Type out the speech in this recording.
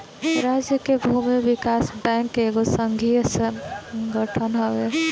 राज्य के भूमि विकास बैंक एगो संघीय संगठन हवे